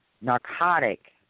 narcotic